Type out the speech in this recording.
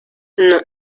non